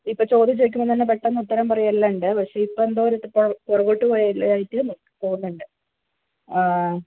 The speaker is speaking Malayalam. ഇപ്പോൾ ചോദ്യം ചോദിക്കുമ്പോൾ തന്നെ പെട്ടന്ന് ഉത്തരം പറയെല്ലാം ഉണ്ട് പക്ഷേ ഇപ്പോൾ എന്തോ കുഴപ്പം പുറകോട്ട് പോയതായിട്ട് തോന്നുന്നുണ്ട് ആ